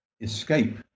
escape